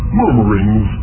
murmurings